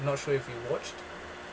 not sure if you watched